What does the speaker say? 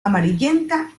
amarillenta